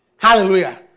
Hallelujah